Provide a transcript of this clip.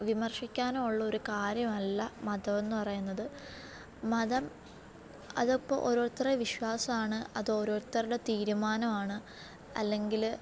വിമർശിക്കാനോ ഉള്ളൊരു കാര്യമല്ല മതമെന്ന് പറയുന്നത് മതം അതിപ്പോൾ ഒരോരുത്തരെ വിശ്വാസമാണ് അത് ഓരോരുത്തരുടെ തീരുമാനമാണ് അല്ലെങ്കിൽ